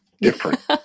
different